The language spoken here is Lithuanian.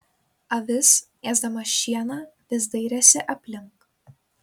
avis ėsdama šieną vis dairėsi aplink